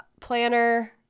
planner